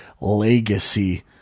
legacy